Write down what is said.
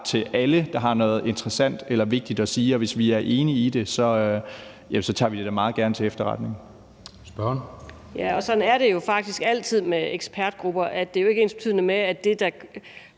til alle, der har noget interessant eller vigtigt at sige, og hvis vi er enige i det, tager vi det meget gerne til efterretning.